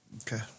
Okay